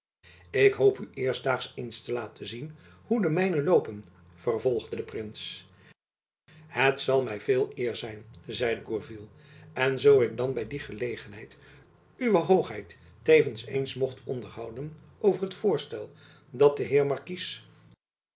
ik hoop u eerstdaags eens te laten zien hoe de mijnen loopen vervolgde de prins het zal my veel eer zijn zeide gourville en zoo ik dan by die gelegenheid uwe hoogheid tevens eens mocht onderhouden over het voorstel dat de heer markies